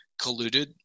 colluded